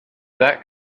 that